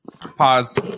Pause